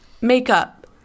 makeup